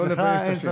לא לבייש את השם.